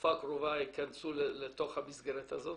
שבתקופה הקרובה ייכנסו לתוך המסגרת הזאת.